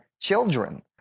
children